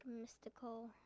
mystical